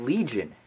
Legion